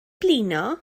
blino